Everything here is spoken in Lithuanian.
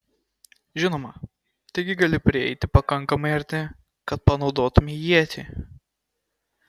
žinoma taigi gali prieiti pakankamai arti kad panaudotumei ietį